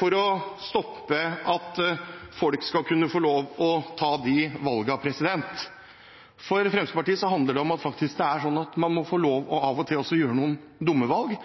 for å stoppe at folk skal kunne få lov til å ta de valgene. For Fremskrittspartiet handler det om at det faktisk er sånn at man må få lov til av og til å gjøre noen dumme valg,